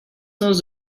knows